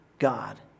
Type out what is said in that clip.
God